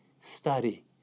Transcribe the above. study